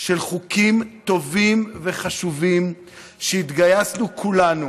של חוקים טובים וחשובים שהתגייסנו כולנו,